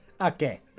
Okay